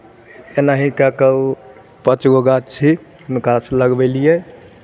एनाहि कऽ कऽ ओ पाँच गो गाछी हुनकासँ लगबेलियै